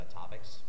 topics